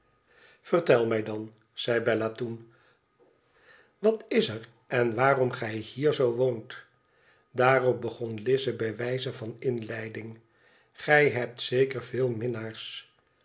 vertel mij dan zeibella toen watiseren waarom gij hier zoo woont daarop begon lize bij wijze van inleiding gij hebt zeker veel mii